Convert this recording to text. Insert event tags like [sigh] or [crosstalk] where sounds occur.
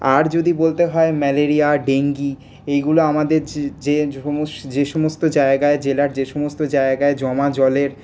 আর যদি বলতে হয় ম্যাল্যারিয়া ডেঙ্গি এইগুলো আমাদের যে [unintelligible] যে সমস্ত জায়গায় জেলার যে সমস্ত জায়গায় জমা জলের